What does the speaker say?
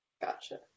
Gotcha